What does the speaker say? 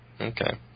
Okay